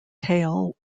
tail